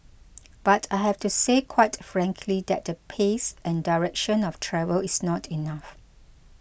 but I have to say quite frankly that the pace and direction of travel is not enough